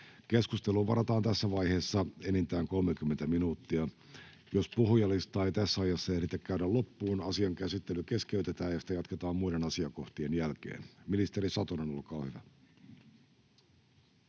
Keskusteluun varataan tässä vaiheessa enintään 30 minuuttia. Jos puhujalistaa ei tässä ajassa ehditä käydä loppuun, asian käsittely keskeytetään ja sitä jatketaan muiden asiakohtien jälkeen. — Ministeri Satonen, olkaa hyvä.